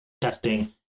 testing